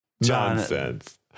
nonsense